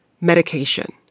medication